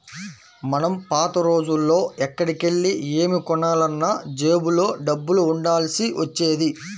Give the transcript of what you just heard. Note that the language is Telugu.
మనం పాత రోజుల్లో ఎక్కడికెళ్ళి ఏమి కొనాలన్నా జేబులో డబ్బులు ఉండాల్సి వచ్చేది